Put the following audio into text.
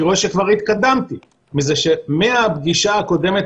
אני רואה שכבר התקדמתי מזה שהפגישה הקודמת